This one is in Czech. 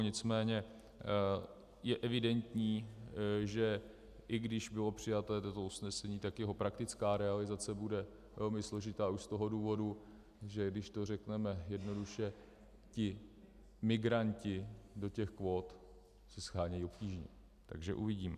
Nicméně je evidentní, že i když bylo přijato toto usnesení, tak jeho praktická realizace bude velmi složitá už z toho důvodu, že když to řekneme jednoduše, ti migranti do těch kvót se shánějí obtížně, takže uvidíme.